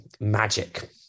magic